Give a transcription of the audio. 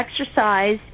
exercise